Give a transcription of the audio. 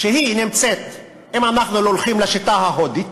אם אנחנו הולכים לשיטה ההודית